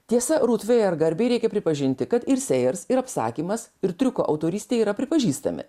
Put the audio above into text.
tiesa rut vėr garbei reikia pripažinti kad ir sejers ir apsakymas ir triuko autorystė yra pripažįstami